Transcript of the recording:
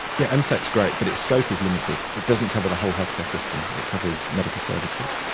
yeah msac's great but its scope is limited. it doesn't cover the whole healthcare system, it covers medical services.